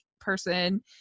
person